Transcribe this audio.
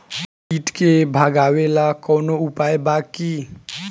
कीट के भगावेला कवनो उपाय बा की?